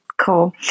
Cool